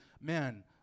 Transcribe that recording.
man